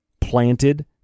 planted